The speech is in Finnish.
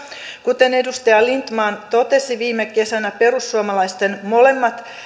kuten edustaja lindtman totesi viime kesänä perussuomalaisten molemmat